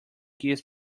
gives